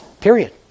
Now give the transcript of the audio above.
Period